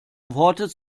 worte